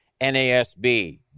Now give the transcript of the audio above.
NASB